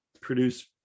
produce